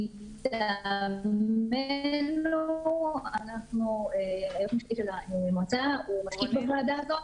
מטעמנו אנחנו --- הוא משקיף בוועדה הזאת,